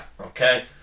Okay